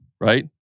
right